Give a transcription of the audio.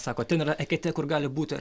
sako ten yra eketė kur gali būti